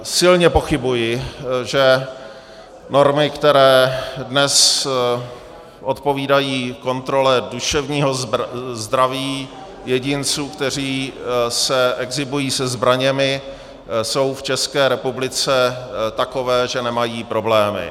Silně pochybuji, že normy, které dnes odpovídají kontrole duševního zdraví jedinců, kteří exhibují se zbraněmi, jsou v České republice takové, že nemají problémy.